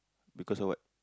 because of what